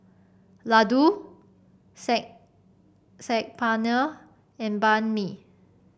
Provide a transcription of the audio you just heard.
Ladoo Saag Paneer and Banh Mi